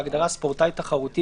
בהגדרה "ספורטאי תחרותי",